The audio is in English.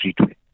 Streetway